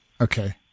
Okay